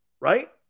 Right